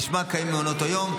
ולשמה קיימים מעונות היום.